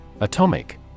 Atomic